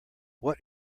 what